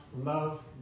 love